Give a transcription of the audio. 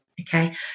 okay